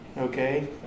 Okay